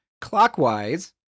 clockwise